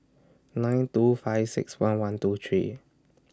nine two five six one one two three